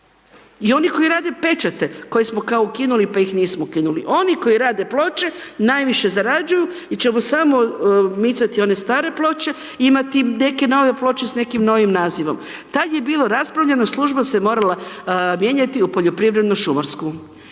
i oni koji rade pečate koje smo kao ukinuli pa ih nismo ukinuli. Oni koji rade ploče najviše zarađuju, mi ćemo samo micati one stare ploče, imati neke nove ploče s nekim novim nazivom. Tad je bilo raspravljeno, služba se morala mijenjati u Poljoprivredno-šumarsku.